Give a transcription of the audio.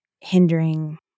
hindering